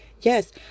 Yes